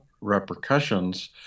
repercussions